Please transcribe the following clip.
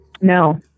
No